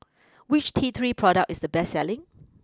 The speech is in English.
which T three product is the best selling